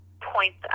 points